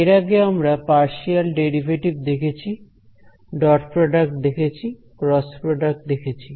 এর আগে আমরা পার্শিয়াল ডেরিভেটিভ দেখেছি ডট প্রডাক্ট দেখেছি ক্রস প্রডাক্ট দেখেছি